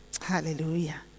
Hallelujah